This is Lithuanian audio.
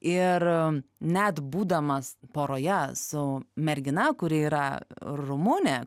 ir net būdamas poroje su mergina kuri yra rumunė